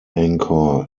anchor